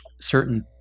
certain